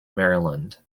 maryland